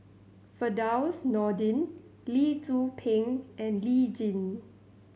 Firdaus Nordin Lee Tzu Pheng and Lee Tjin